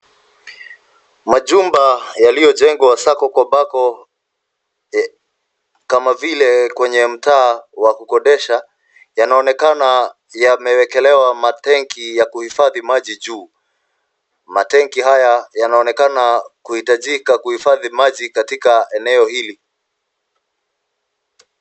Majumba yaliyojengwa sako kwa bako kama vile kwenye mtaa wa kukodisha yanaonekana yamewekelewa matanki ya kuhifadhi maji juu. Matenki haya yanaonekana kuhitjika kuhifadhi maji katika eneo hili.